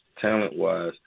talent-wise